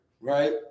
right